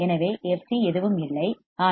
எனவே fc எதுவும் இல்லை ஆனால் 159